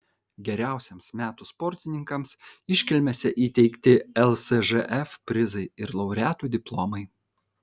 geriausiems metų sportininkams iškilmėse įteikti lsžf prizai ir laureatų diplomai